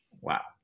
Wow